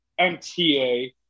mta